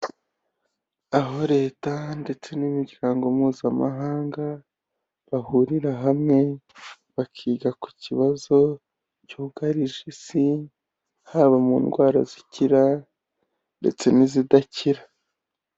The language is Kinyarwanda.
Aho leta ndetse n'imiryango mpuzamahanga bahurira hamwe bakiga ku kibazo cyugarije isi, haba mu ndwara zikira ndetse n'izidakira.